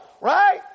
right